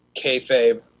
kayfabe